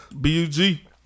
B-U-G